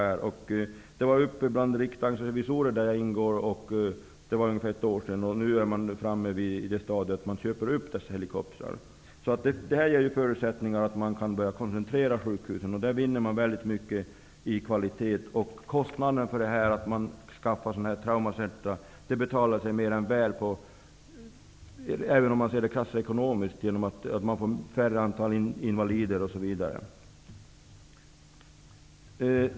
Ärendet var uppe hos Riksdagens revisorer, där jag ingår, för ungefär ett år sedan. Nu är man i det stadiet att man köper dessa helikoptrar. Detta ger ju förutsättningar för en koncentrerad sjukhusverksamhet. På detta sätt vinner man mycket i kvalitet. Att man skaffar sådana här traumacentrum betalar sig mer än väl, även om man ser det krasst ekonomiskt, genom att man får ett mindre antal invalider osv.